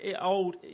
old